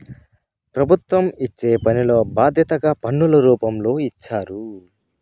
ప్రభుత్వం ఇచ్చే పనిలో బాధ్యతగా పన్నుల రూపంలో ఇచ్చారు